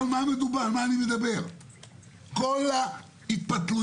מה שמקובל בהרבה עסקים, אני לא יודע את האחוז